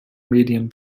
medien